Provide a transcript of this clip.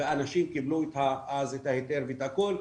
והאנשים קיבלו את ההיתר ואת הכול,